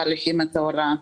מאריכים את ההוראה.